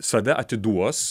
save atiduos